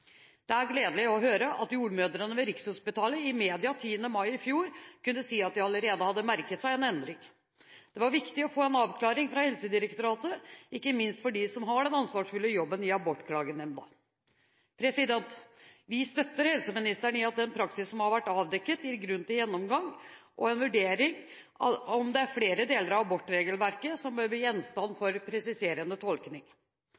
Det var gledelig å høre jordmødrene ved Rikshospitalet i media den 10. mai i fjor si at de allerede hadde merket seg en endring. Det var viktig å få en avklaring fra Helsedirektoratet, ikke minst for dem som har den ansvarsfulle jobben i abortklagenemnda. Vi støtter helseministeren i at den praksis som har vært avdekket, gir grunn til en gjennomgang og en vurdering av om det er flere deler av abortregelverket som bør bli gjenstand